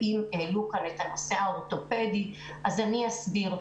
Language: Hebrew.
ואם העלו כאן את הנושא האורתופדי אז אסביר.